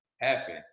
happen